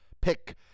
pick